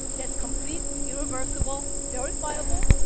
that's complete irreversible, verifiable.